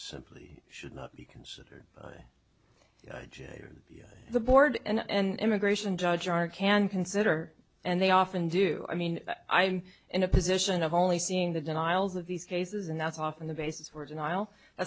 simply should not be considered the board and immigration judge are can consider and they often do i mean i'm in a position of only seeing the denials of these cases and that's often the basis for denial